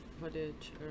footage